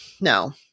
no